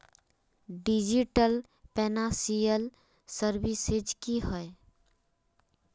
Digital financial services की होय?